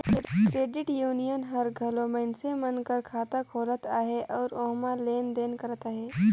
credit union हर घलो मइनसे मन कर खाता खोलत अहे अउ ओम्हां लेन देन करत अहे